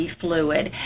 fluid